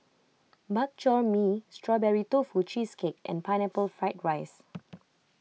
Bak Chor Mee Strawberry Tofu Cheesecake and Pineapple Fried Rice